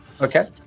Okay